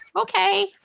Okay